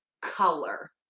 color